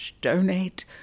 donate